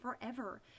forever